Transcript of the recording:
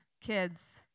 kids